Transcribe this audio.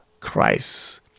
Christ